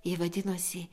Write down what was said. ji vadinosi